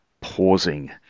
pausing